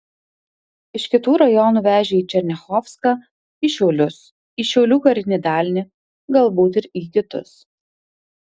iš kitų rajonų vežė į černiachovską į šiaulius į šiaulių karinį dalinį galbūt ir į kitus